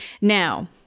Now